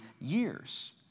years